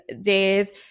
days